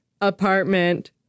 apartment